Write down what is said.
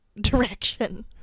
direction